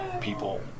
people